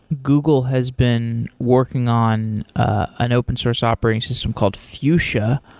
google has been working on an open source operating system called fuchsia.